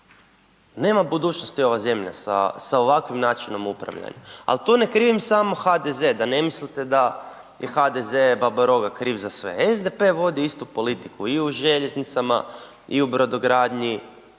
Nema budućnosti ova zemlja sa ovakvim načinom upravljanja, al to ne krivim samo HDZ, da ne mislite da je HDZ baba roga kriv za sve, SDP je vodio istu politiku i u željeznicama i u brodogradnji